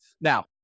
Now